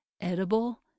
edible